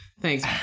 thanks